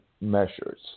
measures